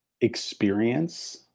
experience